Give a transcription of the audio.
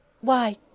Why